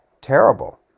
terrible